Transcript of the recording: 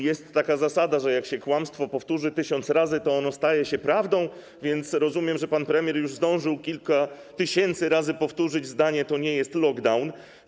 Jest takie powiedzenie, że jak się kłamstwo powtórzy tysiąc razy, to ono staje się prawdą, więc rozumiem, że pan premier zdążył już kilka tysięcy razy powtórzyć zdanie: to nie jest lockdown.